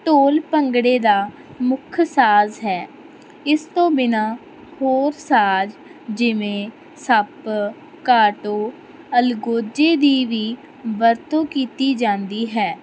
ਢੋਲ ਭੰਗੜੇ ਦਾ ਮੁੱਖ ਸਾਜ਼ ਹੈ ਇਸ ਤੋਂ ਬਿਨ੍ਹਾਂ ਹੋਰ ਸਾਜ਼ ਜਿਵੇਂ ਸੱਪ ਕਾਟੋ ਅਲਗੋਜੇ ਦੀ ਵੀ ਵਰਤੋਂ ਕੀਤੀ ਜਾਂਦੀ ਹੈ